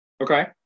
Okay